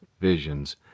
visions